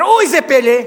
וראו זה פלא,